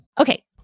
Okay